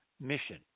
mission